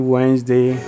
Wednesday